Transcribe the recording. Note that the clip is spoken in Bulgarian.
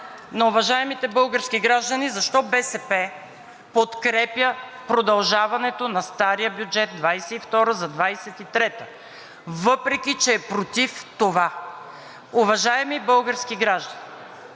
на уважаемите български граждани защо БСП подкрепя продължаването на стария бюджет 2022 за 2023 г., въпреки че е против това. Уважаеми български граждани,